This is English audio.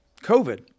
COVID